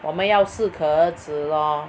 我们要适可而止 lor